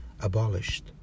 abolished